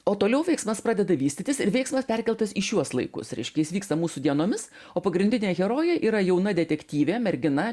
o toliau veiksmas pradeda vystytis ir veiksmas perkeltas į šiuos laikus reiškia jis vyksta mūsų dienomis o pagrindinė herojė yra jauna detektyvė mergina